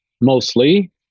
mostly